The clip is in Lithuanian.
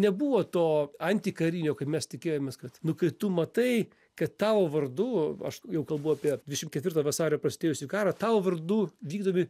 nebuvo to antikarinio kaip mes tikėjomės kad nu kai tu matai kad tavo vardu aš kalbu apie dvidešim ketvirtą vasario prasidėjusį karą tavo vardu vykdomi